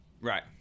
Right